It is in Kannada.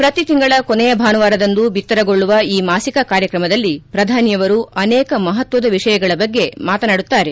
ಪ್ರತಿ ತಿಂಗಳ ಕೊನೆಯ ಭಾನುವಾರದಂದು ಬಿತ್ತರಗೊಳ್ಳುವ ಈ ಮಾಸಿಕ ಕಾರ್ಯತ್ರಮದಲ್ಲಿ ಪ್ರಧಾನಿಯವರು ಅನೇಕ ಮಹತ್ವದ ವಿಷಯಗಳ ಬಗ್ಗೆ ಮಾತನಾಡಲಿದ್ದಾರೆ